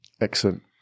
Excellent